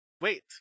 Wait